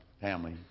family